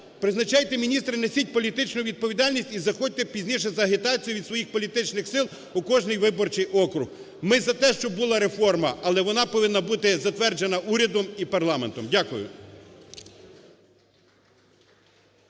призначайте міністра і несіть політичну відповідальність. І заходьте пізніше з агітацією від своїх політичних сил у кожний виборчий округ. Ми за те, щоб була реформа. Але вона повинна бути затверджена урядом і парламентом. Дякую.